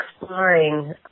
exploring